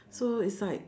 so it's like